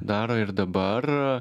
daro ir dabar